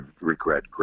regret